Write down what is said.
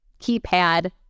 keypad